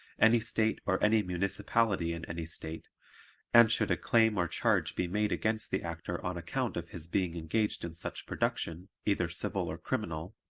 any state or any municipality in any state and should a claim or charge be made against the actor on account of his being engaged in such production, either civil or criminal,